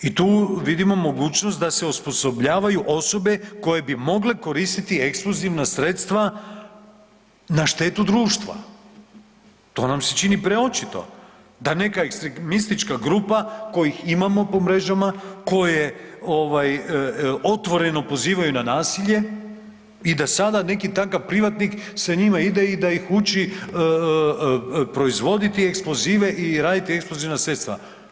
I tu vidimo mogućnost da se osposobljavaju osobe koje bi mogle koristiti eksplozivna sredstva na štetu društva, to nam se čini preočito da neka ekstremistička grupa kojih imamo po mrežama, koje ovaj otvoreno pozivaju na nasilje i da sada neki takav privatnik sa njima ide i da ih uči proizvoditi eksplozive i raditi eksplozivna sredstva.